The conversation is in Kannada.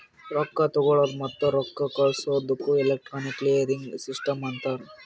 ರೊಕ್ಕಾ ತಗೊಳದ್ ಮತ್ತ ರೊಕ್ಕಾ ಕಳ್ಸದುಕ್ ಎಲೆಕ್ಟ್ರಾನಿಕ್ ಕ್ಲಿಯರಿಂಗ್ ಸಿಸ್ಟಮ್ ಅಂತಾರ್